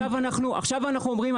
עכשיו אנחנו אומרים,